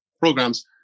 programs